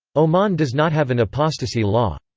oman does not have an apostasy law.